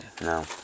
No